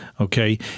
okay